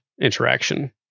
interaction